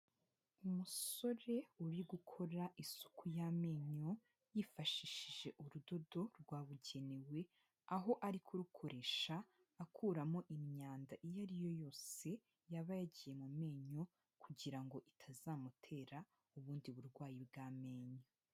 Umusore uri gukora isuku y'amenyo yifashishije urudodo rwabugenewe, aho ari kurukoresha akuramo imyanda iyo ari yo yose yaba yagiye mu menyo kugira ngo itazamutera ubundi burwayi bw'amenyo.